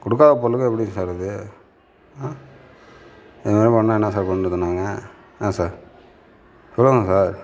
கொடுக்காத பொருளுக்கு எப்படி சார் இது இது மாதிரி பண்ணால் என்ன சார் பண்றது நாங்கள் ஏன் சார் சொல்லுங்கள் சார்